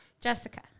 Jessica